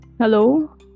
Hello